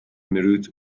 meerut